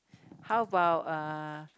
how about uh